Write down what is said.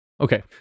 Okay